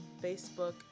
facebook